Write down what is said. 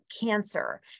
cancer